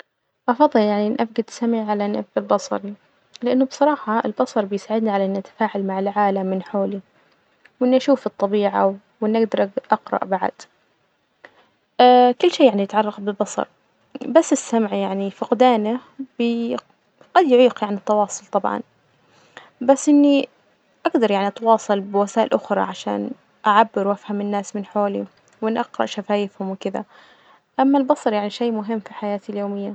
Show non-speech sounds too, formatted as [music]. أفضل يعني إني أفجد سمعي على إني أفجد بصري، لإنه بصراحة البصر بيساعدني على إني أتفاعل مع العالم من حولي، وإني أشوف الطبيعة وإني أجدر أقرأ بعد [hesitation] كل شي يعني يتعلق بالبصر، بس السمع يعني فقدانه بي- قد يعيقني عن التواصل طبعا، بس إني أجدر يعني أتواصل [noise] بوسائل أخرى عشان أعبر وأفهم الناس من حولي وإني أقرأ شفايفهم وكدا، أما البصر يعني شي مهم في حياتي اليومية.